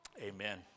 Amen